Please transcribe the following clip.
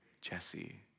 Jesse